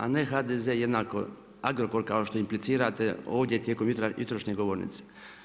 A ne HDZ jednako Agrokor kao što implicirate ovdje tijekom jutrošnje govornice.